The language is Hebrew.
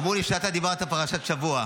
אמרו לי שאתה דיברת על פרשת השבוע.